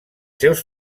seus